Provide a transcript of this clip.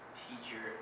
teacher